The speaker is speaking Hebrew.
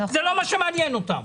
זה לא מה שמעניין אותם.